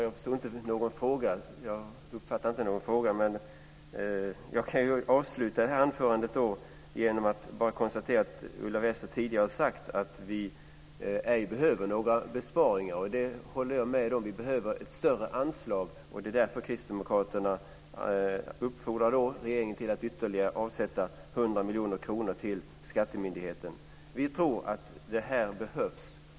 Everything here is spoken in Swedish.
Herr talman! Jag uppfattade inte någon fråga, men jag kan avsluta denna replik med att konstatera att Ulla Wester tidigare har sagt att vi ej behöver några besparingar, och det håller jag med om. Vi behöver ett större anslag, och kristdemokraterna uppfordrar regeringen att avsätta ytterligare 100 miljoner kronor till skatteförvaltningen. Vi tror att det behövs.